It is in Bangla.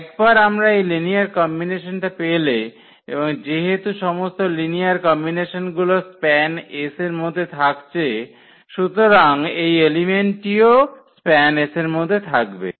একবার আমরা এই লিনিয়ার কম্বিনেশনটা পেলে এবং যেহেতু সমস্ত লিনিয়ার কম্বিনেশন গুলো SPAN এর মধ্যে থাকছে সুতরাং এই এলিমেন্টটিও SPAN এর মধ্যে থাকবে